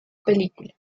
película